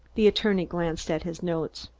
the attorney glanced at his notes.